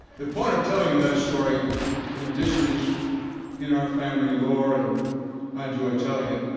the point of telling you that story in addition it's in our family lore and i enjoy telling it,